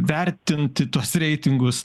vertinti tuos reitingus